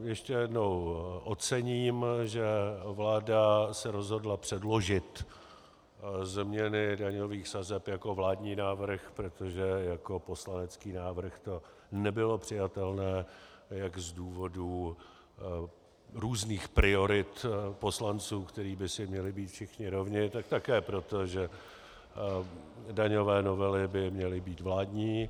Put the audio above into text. Ještě jednou ocením, že se vláda rozhodla předložit změny daňových sazeb jako vládní návrh, protože jako poslanecký návrh to nebylo přijatelné jak z důvodů různých priorit poslanců, kteří by si měli být všichni rovni, tak také proto, že daňové novely by měly být vládní.